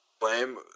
blame